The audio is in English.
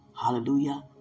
Hallelujah